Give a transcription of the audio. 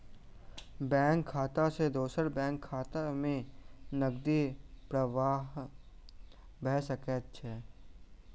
bank खाता सॅ दोसर बैंक खाता में नकदी प्रवाह भ सकै छै